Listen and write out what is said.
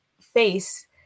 face